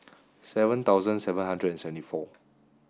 seven thousand seven hundred and seventy four